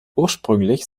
ursprünglich